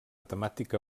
temàtica